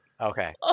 Okay